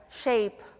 shape